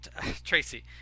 Tracy